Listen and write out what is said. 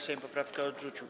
Sejm poprawkę odrzucił.